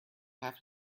have